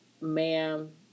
ma'am